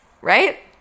Right